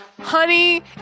Honey